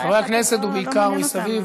חברי הכנסת, ובעיקר מסביב,